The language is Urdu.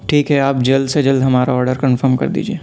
ٹھیک ہے آپ جلد سے جلد ہمارا آرڈر کنفرم کر دیجیے